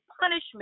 punishment